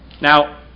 Now